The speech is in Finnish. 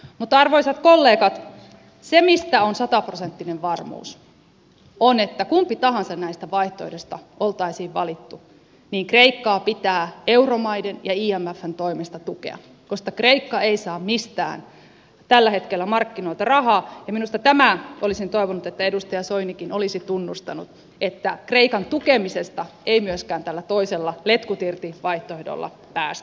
mutta arvoisat kollegat se mistä on sataprosenttinen varmuus on että kumpi tahansa näistä vaihtoehdoista olisi valittu niin kreikkaa pitää euromaiden ja imfn toimesta tukea koska kreikka ei saa mistään tällä hetkellä markkinoilta rahaa ja minusta tämän olisin toivonut että edustaja soinikin olisi tunnustanut että kreikan tukemisesta ei myöskään tällä toisella letkut irti vaihtoehdolla päästä